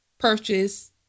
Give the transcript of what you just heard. Purchase